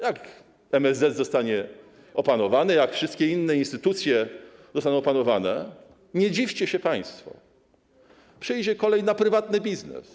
Jak MSZ zostanie opanowany, jak wszystkie inne instytucje zostaną opanowane, nie dziwcie się państwo, przyjdzie kolej na prywatny biznes.